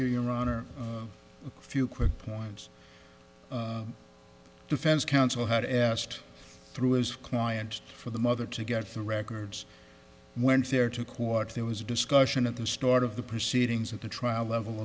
you your honor few quick points defense counsel had asked through his client for the mother to get the records went there to court there was a discussion at the start of the proceedings at the trial level